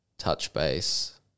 Touchbase